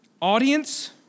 audience